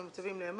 אנו מצווים לאמור.